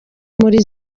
muri